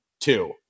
Two